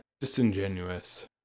disingenuous